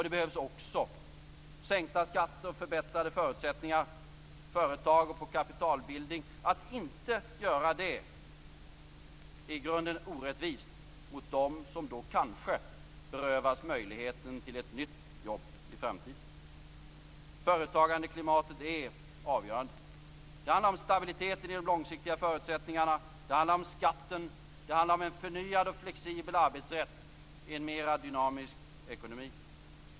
Det behövs också sänkta skatter och förbättrade förutsättningar för företag och kapitalbildning. Att inte göra det är i grunden orättvist mot dem som då kanske berövas möjligheten till ett nytt jobb i framtiden. Företagandeklimatet är avgörande. Det handlar om stabiliteten i de långsiktiga förutsättningarna, det handlar om skatten och det handlar om en förnyad och flexibel arbetsrätt i en mer dynamisk ekonomi.